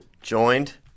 Joined